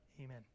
amen